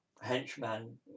henchman